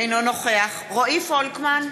אינו נוכח רועי פולקמן,